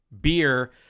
beer